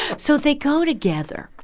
so they go together,